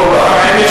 אורי אורבך.